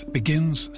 begins